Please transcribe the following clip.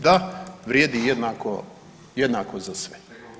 Da, vrijedi jednako za sve.